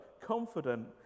confident